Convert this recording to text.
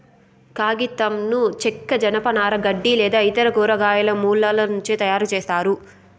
కాగితంను చెక్క, జనపనార, గడ్డి లేదా ఇతర కూరగాయల మూలాల నుంచి తయారుచేస్తారు